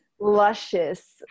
luscious